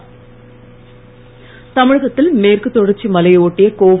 வானிலை தமிழகத்தில் மேற்கு தொடர்ச்சி மலையை ஒட்டிய கோவை